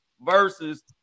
versus